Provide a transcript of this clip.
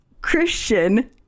Christian